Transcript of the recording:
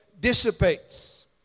dissipates